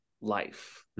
life